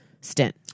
stint